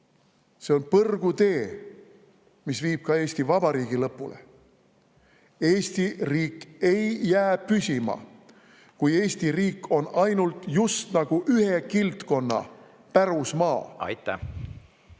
see on põrgutee, mis viib ka Eesti Vabariigi lõppu. Eesti riik ei jää püsima, kui Eesti riik on ainult just nagu ühe kildkonna pärusmaa. Aitäh!